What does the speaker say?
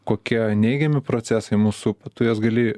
kokie neigiami procesai mus supa tu juos gali